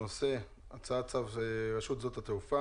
הנושא: הצעת צו רשות שדות התעופה